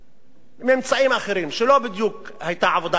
ממצאים אחרים, שלא בדיוק היתה עבודת כפייה שם.